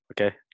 Okay